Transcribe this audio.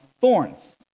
thorns